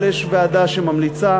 אבל יש ועדה שממליצה,